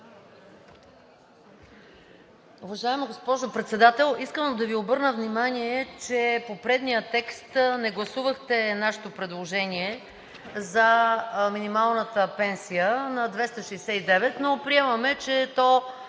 Уважаема госпожо Председател, искам да Ви обърна внимание, че по предния текст не гласувахте нашето предложение за минималната пенсия на 269, но приемаме, че то